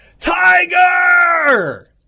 Tiger